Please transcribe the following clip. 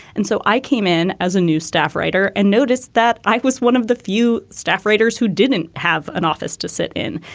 and so i came in as a new staff writer and noticed that i was one of the few staff writers who didn't have an office to sit in.